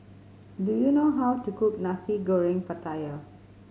do you know how to cook Nasi Goreng Pattaya